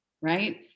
right